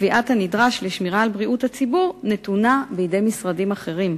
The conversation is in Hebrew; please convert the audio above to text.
לקביעת הנדרש לשמירה על בריאות הציבור נתונות בידי משרדים אחרים.